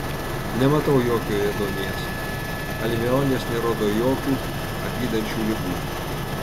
nematau jokio ėduonies alveolės nerodo jokių apydančių ligų